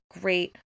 great